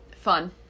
fun